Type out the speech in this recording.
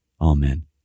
Amen